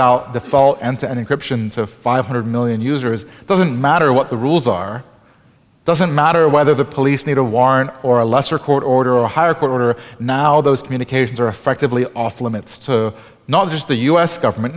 out the fall and to encryption to five hundred million users it doesn't matter what the rules are doesn't matter whether the police need a warrant or a lesser court order a higher court order now those communications are effectively off limits to not just the u s government